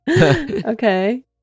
okay